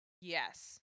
Yes